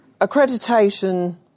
accreditation